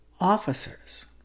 officers